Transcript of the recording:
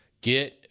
get